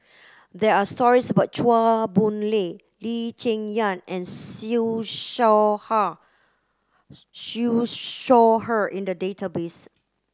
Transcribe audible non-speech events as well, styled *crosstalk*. there are stories about Chua Boon Lay Lee Cheng Yan and Siew Shaw *unintelligible* Siew Shaw Her in the database